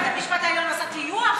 שנשיאת בית המשפט העליון עושה טיוח?